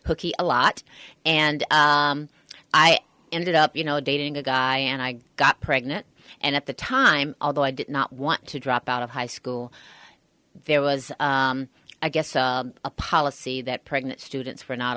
plate a lot and i ended up you know dating a guy and i got pregnant and at the time although i did not want to drop out of high school there was i guess a policy that pregnant students were not